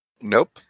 Nope